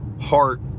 heart